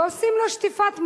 ועושים לו שטיפת מוח.